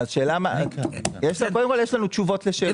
יש לנו תשובות לשאלות.